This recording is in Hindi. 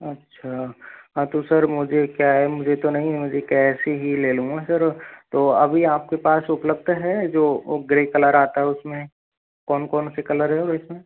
अच्छा हाँ तो सर मुझे क्या है मुझे तो नहीं है मुझे कैस ही की ले लूँगा सर तो अभी आपके पास उपलब्ध है जो ग्रे कलर आता है उसमें कौन कौन से कलर है और इसमें